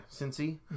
Cincy